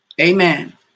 Amen